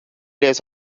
days